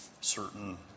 certain